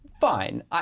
fine